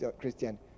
Christian